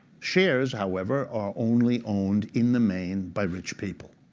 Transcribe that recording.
shares, however, are only owned in the main by rich people,